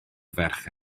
ferch